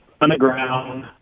Underground